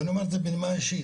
ואני אומר את זה בנימה אישית.